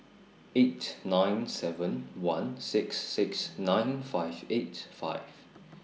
eight nine seven one six six nine five eight five